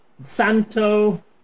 Santo